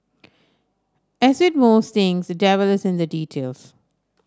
as with most things the devil is in the details